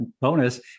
Bonus